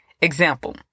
Example